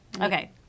Okay